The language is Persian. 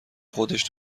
خودش